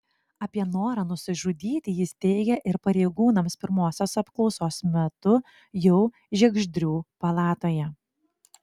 apie norą nusižudyti jis teigė ir pareigūnams pirmosios apklausos metu jau žiegždrių palatoje